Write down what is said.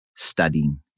studying